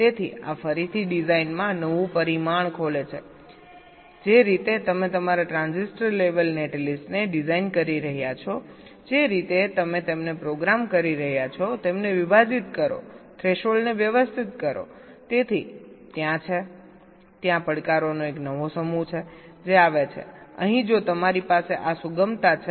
તેથી આ ફરીથી ડિઝાઇનમાં નવું પરિમાણ ખોલે છે જે રીતે તમે તમારા ટ્રાન્ઝિસ્ટર લેવલ નેટલિસ્ટને ડિઝાઇન કરી રહ્યા છો જે રીતે તમે તેમને પ્રોગ્રામ કરી રહ્યા છો તેમને વિભાજીત કરો થ્રેશોલ્ડને વ્યવસ્થિત કરોતેથી ત્યાં છે ત્યાં પડકારોનો એક નવો સમૂહ છે જે આવે છે અહીં જો તમારી પાસે આ સુગમતા છે